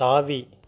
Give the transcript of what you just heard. தாவி